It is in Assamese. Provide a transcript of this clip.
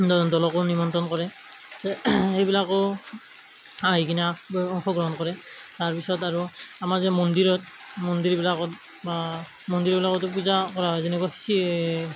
দলকো নিমন্ত্ৰণ কৰে এইবিলাকো আহি কিনে অংশগ্ৰহণ কৰে তাৰপিছত আৰু আমাৰ যে মন্দিৰত মন্দিৰবিলাকত বা মন্দিৰবিলাকতো পূজা কৰা হয় যেনেকুৱা চি